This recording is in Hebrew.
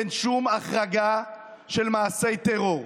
אין שום החרגה של מעשי טרור,